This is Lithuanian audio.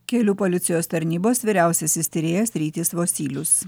kelių policijos tarnybos vyriausiasis tyrėjas rytis vosylius